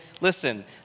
listen